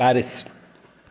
Paris